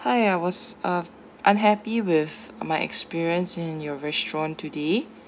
hi I was uh unhappy with my experience in your restaurant today